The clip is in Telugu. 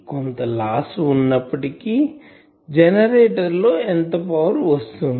కొంత లాస్ ఉన్నపటికీ జెనరేటర్ లో ఎంత పవర్ వస్తుంది